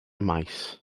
maes